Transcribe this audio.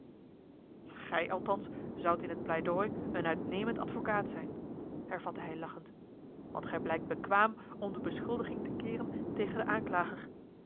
gij althans zoudt in t pleidooi een uitnemend advocaat zijn hervatte hij lachend want gij blijkt bekwaam om de beschuldiging te keeren tegen den aanklager